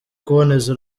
kuboneza